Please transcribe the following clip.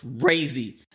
crazy